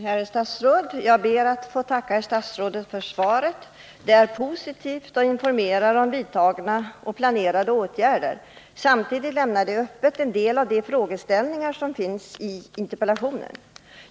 Herr talman! Jag ber att få tacka herr statsrådet för svaret. Det är positivt och informerar om vidtagna och planerade åtgärder. Samtidigt lämnar det en del av de frågeställningar, som fanns i interpellationen, öppna.